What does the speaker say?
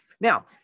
Now